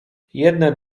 jedne